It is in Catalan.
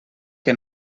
que